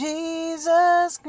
Jesus